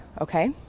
okay